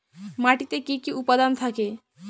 মাটিতে কি কি উপাদান থাকে?